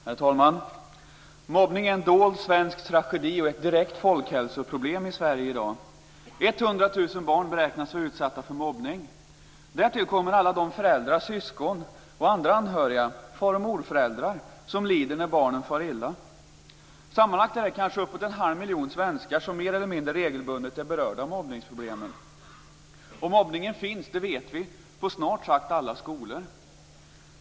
Herr talman! Mobbningen är en dold tragedi och ett direkt folkhälsoproblem i Sverige i dag. 100 000 barn beräknas vara utsatta för mobbning. Därtill kommer alla föräldrar, syskon, far och morföräldrar och andra anhöriga som lider när barnen far illa. Sammanlagt är det kanske uppåt en halv miljon svenskar som mer eller mindre regelbundet är berörda av mobbningsproblemen. Mobbningen finns, det vet vi, på snart sagt alla skolor.